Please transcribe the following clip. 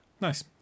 nice